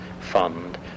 fund